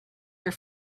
your